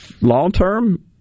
long-term